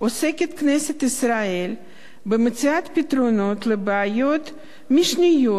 כנסת ישראל עוסקת במציאת פתרונות לבעיות משניות